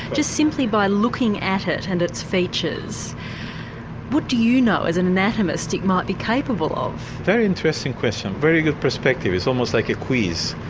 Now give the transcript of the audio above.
just simply by looking at it and its features what do you know as an anatomist it might be capable of? a very interesting question, very good perspective, it's almost like a quiz.